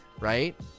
right